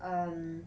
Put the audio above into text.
um